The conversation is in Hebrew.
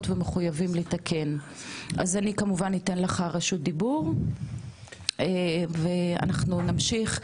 ומחויבים לתקן אז אני כמובן אתן לך רשות דיבור ואנחנו נמשיך,